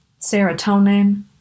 Serotonin